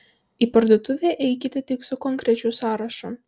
į parduotuvę eikite tik su konkrečiu sąrašu